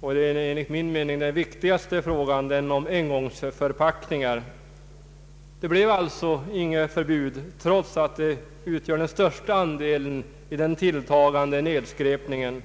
den enligt min mening viktigaste frågan — frågan om engångsförpackningar. Det blev alltså inget förbud trots att engångsförpackningar har den största andelen i den tilltagande nedskräpningen.